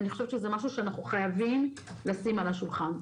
אני חושבת שזה משהו שאנחנו חייבים לשים על השולחן.